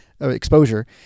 exposure